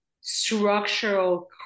structural